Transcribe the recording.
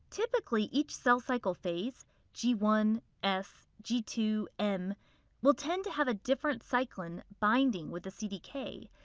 typically each cell cycle phase g one, s, g two, m will tend to have a different cyclin binding with the cdk.